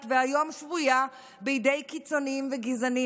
והיום שבויה בידי קיצונים וגזענים,